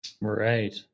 Right